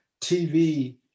TV